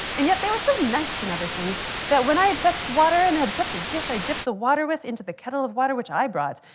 and yet they were so nice and other things that when i had fetched water and had put the dish i dipped the water with into the kettle of water which i brought,